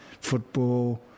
football